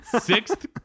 sixth